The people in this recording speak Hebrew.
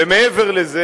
ומעבר לזה,